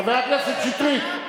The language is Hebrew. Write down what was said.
חבר הכנסת שטרית,